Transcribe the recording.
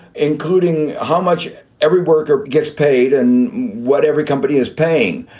including how much every worker gets paid and what every company is paying.